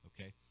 Okay